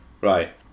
Right